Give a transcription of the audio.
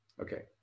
Okay